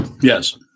Yes